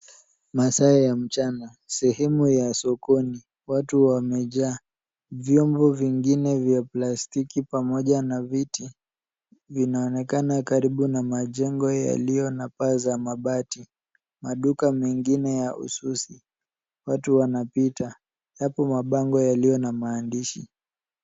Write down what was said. Masaa ya mchana, sehemu ya sokoni watu wamejaa. Vyombo vingine vya plastiki pamoja na viti vinaonekana karibu na majengo yaliyo na paa za mabati. Maduka mengine ya ususi. Watu wanapita. Yapo mabango yaliyo na maandishi.